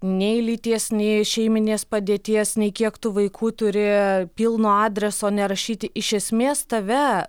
nei lyties nei šeiminės padėties nei kiek tu vaikų turi pilno adreso nerašyti iš esmės tave